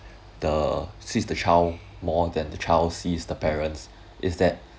the sees the child more than the child sees the parents is that